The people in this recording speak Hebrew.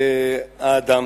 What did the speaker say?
האדם.